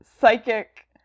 psychic